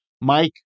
Mike